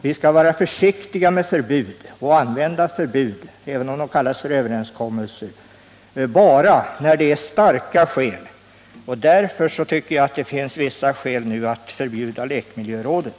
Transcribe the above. Vi skall vara försiktiga med förbud och använda sådana — även om de kallas för överenskommelser — bara när det är starka skäl för detta. Jag tycker därför nu att det finns vissa skäl som talar för att förbjuda lekmiljörådet.